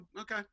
okay